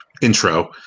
intro